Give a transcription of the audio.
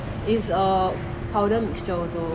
is a powder mixture also